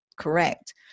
correct